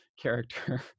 character